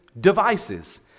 devices